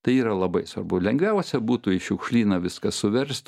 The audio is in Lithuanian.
tai yra labai svarbu lengviausia būtų į šiukšlyną viską suverst